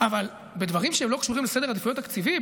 אבל בדברים שלא קשורים לסדר עדיפויות תקציבי,